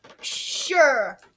Sure